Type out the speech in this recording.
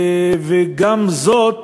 וגם זאת,